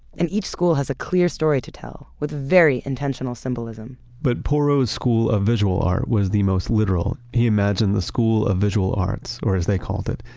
and each school has a clear story to tell, with very intentional symbolism but porro's school of visual art was the most literal. he imagined the school of visual visual arts, or as they called it,